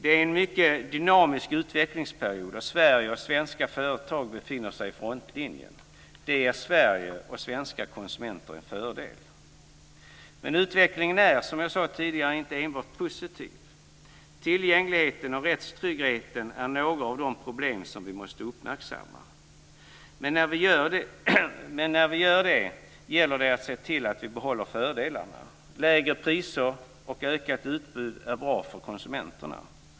Det är en mycket dynamisk utvecklingsperiod, och Sverige och svenska företag befinner sig i frontlinjen. Det ger Sverige och svenska konsumenter en fördel. Men utvecklingen är, som jag sade tidigare, inte enbart positiv. Tillgängligheten och rättstryggheten är några av de problem som vi måste uppmärksamma. Men när vi gör det gäller att se till att vi behåller fördelarna. Lägre priser och ökat utbud är bra för konsumenterna.